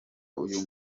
uyu